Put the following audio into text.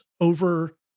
over